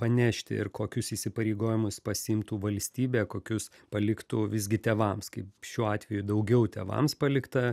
panešti ir kokius įsipareigojimus pasiimtų valstybė kokius paliktų visgi tėvams kaip šiuo atveju daugiau tėvams palikta